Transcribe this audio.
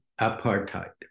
Apartheid